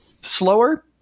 slower